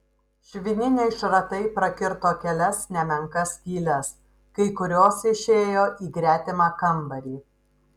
švininiai šratai prakirto kelias nemenkas skyles kai kurios išėjo į gretimą kambarį